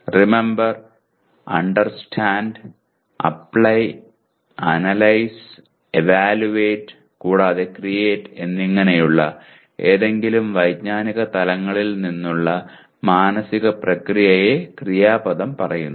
remember understand apply analyse evaluate കൂടാതെ create എന്നിങ്ങനെയുള്ള ഏതെങ്കിലും വൈജ്ഞാനിക തലങ്ങളിൽ നിന്നുള്ള മാനസിക പ്രക്രിയയെ ക്രിയാപദം പറയുന്നു